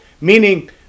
meaning